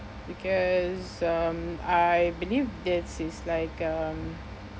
because um I believe this is like um